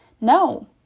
No